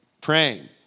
praying